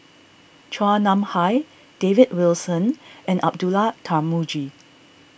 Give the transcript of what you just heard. Chua Nam Hai David Wilson and Abdullah Tarmugi